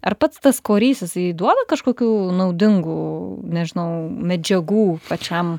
ar pats tas korys jisai duoda kažkokių naudingų nežinau medžiagų pačiam